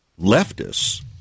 leftists